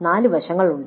നാല് വശങ്ങളുണ്ട്